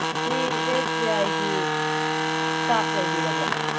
ꯁꯤ S B ꯑꯥꯏꯒꯤ ꯏꯁꯇꯥꯞ ꯑꯣꯏꯕꯤꯔꯕ꯭ꯔ